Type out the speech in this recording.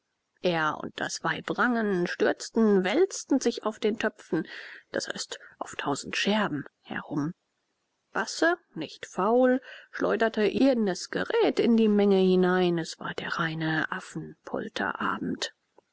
er und das weib rangen stürzten wälzten sich auf den töpfen d i auf tausend scherben herum basse nicht faul schleuderte irdenes gerät in die menge hinein es war der reine